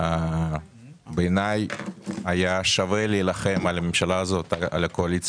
שהייתה